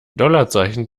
dollarzeichen